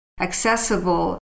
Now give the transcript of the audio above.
accessible